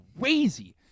crazy